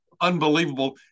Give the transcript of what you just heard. unbelievable